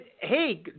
hey